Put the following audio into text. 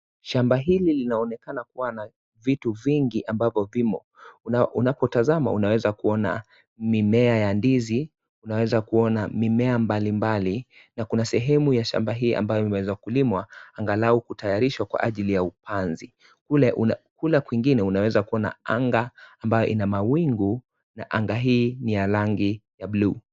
Shamba hili linaonekana kuwa na vitu vingi ambavyo vimo. Unapotazama unaweza kuona mimea ya ndizi, unaweza kuona, mimea mbalimbali na kuna sehemu ya shamba hii ambayo inaweza kuliwa angalau kutayarishwa kwa ajili ya upanzi. Kule kwingine unaweza kuona anga ambayo ina mawingu na anga hii ni ya rangi ya blue .